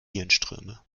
hirnströme